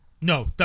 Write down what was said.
No